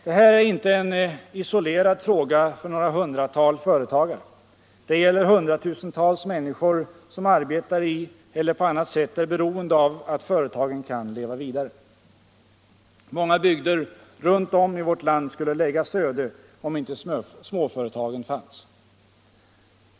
Det här är inte en isolerad fråga för några hundratal företagare. Det gäller hundratusentals människor som arbetar i eller på annat sätt är beroende av att företagen kan leva vidare. Många bygder runt om i vårt land skulle läggas öde om inte småföretagen fanns.